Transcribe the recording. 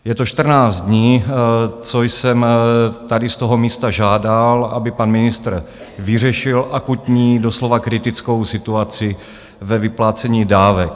Je to čtrnáct dní, co jsem tady z toho místa žádal, aby pan ministr vyřešil akutní, doslova kritickou situaci ve vyplácení dávek.